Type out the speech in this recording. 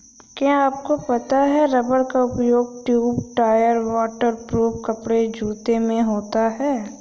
क्या आपको पता है रबर का उपयोग ट्यूब, टायर, वाटर प्रूफ कपड़े, जूते में होता है?